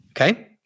Okay